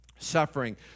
suffering